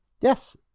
Yes